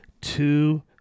two